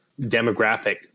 demographic